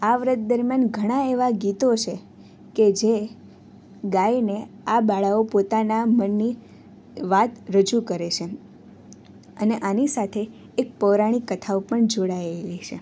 આ વ્રત દરમિયાન ઘણાં એવા ગીતો છે કે જે ગાઈને આ બાળા ઓ પોતાના મનની વાત રજૂ કરે છે અને આની સાથે એક પૌરાણિક કથાઓ પણ જોડાયેલી છે